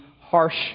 harsh